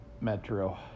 Metro